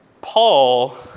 Paul